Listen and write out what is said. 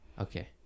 Okay